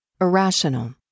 irrational